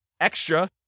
extra